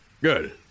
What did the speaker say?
Good